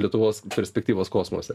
lietuvos perspektyvas kosmose